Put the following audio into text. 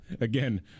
Again